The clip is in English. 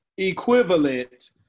equivalent